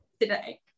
today